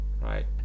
right